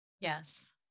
yes